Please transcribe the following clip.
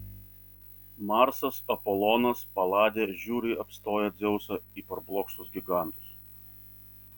marsas apolonas paladė žiūri apstoję dzeusą į parblokštus gigantus